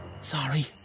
Sorry